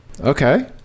Okay